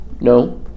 no